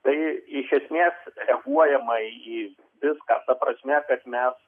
tai iš esmės reaguojama į viską ta prasme kad mes